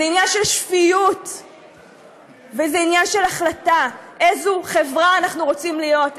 זה עניין של שפיות וזה עניין של החלטה איזו חברה אנחנו רוצים להיות,